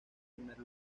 primer